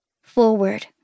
Forward